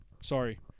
sorry